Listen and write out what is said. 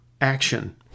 action